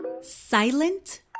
silent